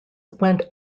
went